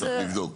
צריך לבדוק.